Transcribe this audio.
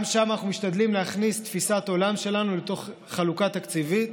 גם שם אנחנו משתדלים להכניס תפיסת עולם שלנו לתוך חלוקה תקציבית.